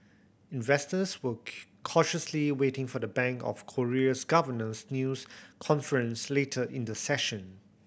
investors were cautiously waiting for the Bank of Korea's governor's news conference later in the session